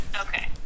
Okay